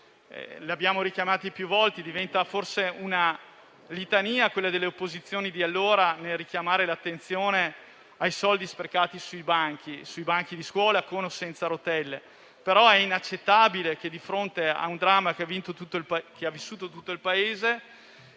Lo abbiamo richiamato più volte e diventa forse una litania quella delle opposizioni di allora nel richiamare l'attenzione sui soldi sprecati per i banchi di scuola, con o senza rotelle; però è inaccettabile che, di fronte a un dramma vissuto da tutto il Paese,